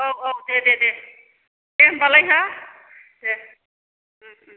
औ औ दे दे दे दे होनबालाय हो दे उम उम